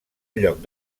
lloc